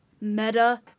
meta